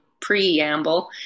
preamble